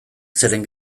zeren